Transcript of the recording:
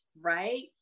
right